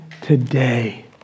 today